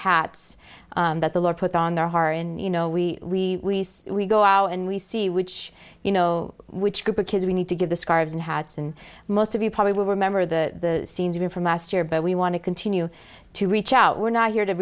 hats that the lord put on their heart and you know we we go out and we see which you know which group of kids we need to give the scarves and hads and most of you probably will remember the scenes even from ast year but we want to continue to reach out we're not here to